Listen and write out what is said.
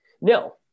No